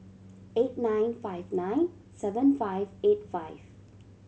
eight nine five nine seven five eight five